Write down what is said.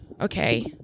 Okay